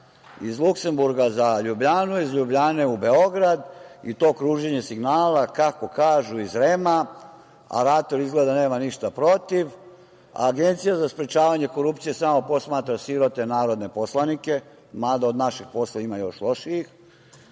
iz Luksemburga za Ljubljanu, iz Ljubljane u Beograd i to kruženje signala, kako kažu iz REM-a, a RATEL izgleda nema ništa protiv, Agencija za sprečavanje korupcije samo posmatra sirote narodne poslanike, mada od našeg posla ima još lošijih…